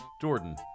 Jordan